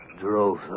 drove